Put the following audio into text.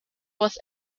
was